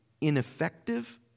ineffective